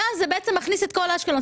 ואז זה בעצם מכניס את כל אשקלון.